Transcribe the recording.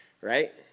right